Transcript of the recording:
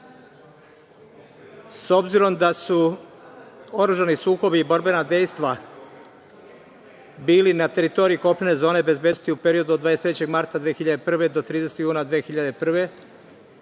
S obzirom da su oružani sukobi i borbena dejstva bili na teritoriji kopnene zone bezbednosti u periodu od 23. marta 2001. do 30. juna 2001.